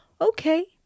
okay